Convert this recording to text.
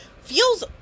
feels